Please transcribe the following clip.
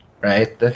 right